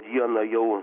dieną jau